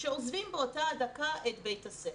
שעוזבים באותה הדקה את בית הספר,